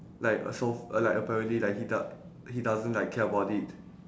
like uh so f~ uh like apparently like he does~ he doesn't like care about it